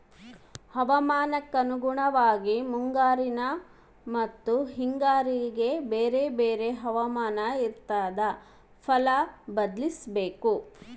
ಹವಾಮಾನಕ್ಕೆ ಅನುಗುಣವಾಗಿ ಮುಂಗಾರಿನ ಮತ್ತಿ ಹಿಂಗಾರಿಗೆ ಬೇರೆ ಬೇರೆ ಹವಾಮಾನ ಇರ್ತಾದ ಫಲ ಬದ್ಲಿಸಬೇಕು